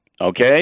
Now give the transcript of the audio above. Okay